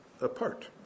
apart